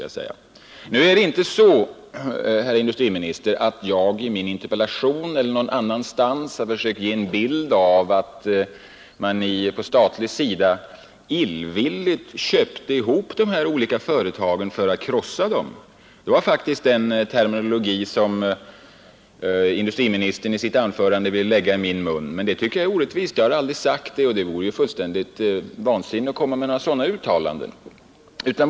Jag har inte, herr industriminister, i min interpellation eller någon annanstans försökt göra gällande att man illvilligt köpt upp dessa företag för att krossa dem; det var faktiskt den terminologi som industriministern i sitt anförande ville lägga i min mun. Det tycker jag är orättvist — jag har aldrig sagt någonting sådant, och det vore naturligtvis fullständigt fel att göra sådana uttalanden.